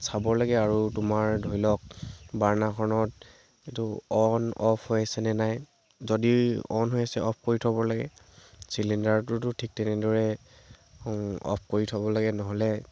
চাব লাগে আৰু তোমাৰ ধৰি লওক বাৰ্ণাৰখনত সেইটো অন অফ হৈ আছেনে নাই যদি অন হৈ আছে অফ কৰি থ'ব লাগে চিলিণ্ডাৰটোতো ঠিক তেনেদৰে অফ কৰি থ'ব লাগে নহ'লে